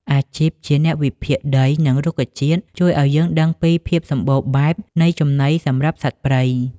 អាជីពជាអ្នកវិភាគដី និងរុក្ខជាតិ ជួយឱ្យយើងដឹងពីភាពសម្បូរបែបនៃចំណីសម្រាប់សត្វព្រៃ។